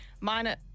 minor